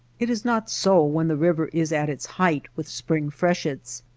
it is not so when the river is at its height with spring freshets.